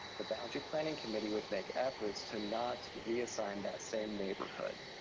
the boundary planning committee would make efforts to not reassign that same neighborhood.